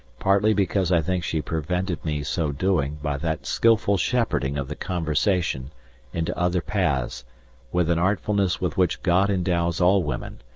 partly because i think she prevented me so doing by that skilful shepherding of the conversation into other paths with an artfulness with which god endows all women,